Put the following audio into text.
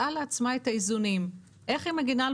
מצאה לעצמה את האיזונים איך היא מגינה על